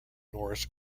norris